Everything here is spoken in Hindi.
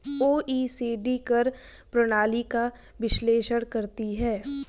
ओ.ई.सी.डी कर प्रणाली का विश्लेषण करती हैं